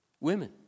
Women